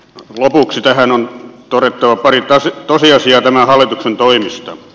lopuksi tähän on todettava pari tosiasiaa tämän hallituksen toimista